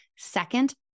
Second